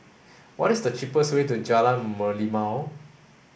what is the cheapest way to Jalan Merlimau